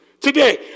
today